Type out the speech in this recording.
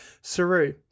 Saru